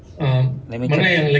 let me check